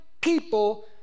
people